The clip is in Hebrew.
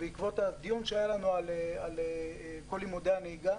בעקבות הדיון שהיה לנו פה על לימודי הנהיגה.